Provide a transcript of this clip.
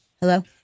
Hello